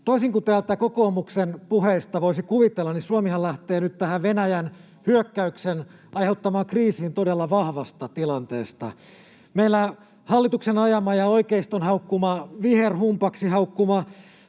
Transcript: Toisin kuin kokoomuksen puheista voisi kuvitella, Suomihan lähtee nyt tähän Venäjän hyökkäyksen aiheuttamaan kriisiin todella vahvasta tilanteesta: meillä hallituksen ajama ja oikeiston viherhumpaksi haukkuma